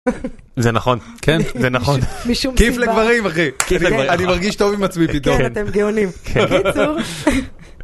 זה נכון, כן זה נכון. כיף לגברים אחי, אני מרגיש טוב עם עצמי פתאום. כן אתם גאונים. קיצור...